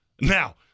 Now